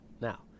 now